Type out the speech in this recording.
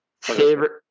Favorite